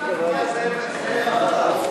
שטרית נהיה זאב החדש.